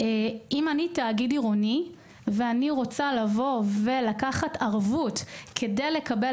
אם אני תאגיד עירוני ואני רוצה לקחת ערבות כדי לקבל